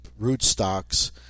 rootstocks